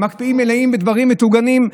מקפיאים מלאים בדברים מטוגנים,